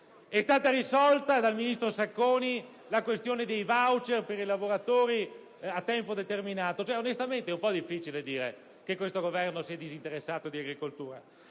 inoltre risolta dal ministro Sacconi la questione dei *voucher* per i lavoratori a tempo determinato. Onestamente è un po' difficile dire che questo Governo si è disinteressato dell'agricoltura.